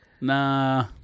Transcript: Nah